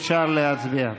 אפשר להצביע.